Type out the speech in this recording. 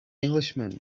englishman